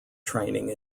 training